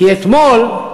כי אתמול,